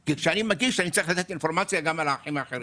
כי כשאני מגיש אני צריך לתת אינפורמציה גם על האחים האחרים,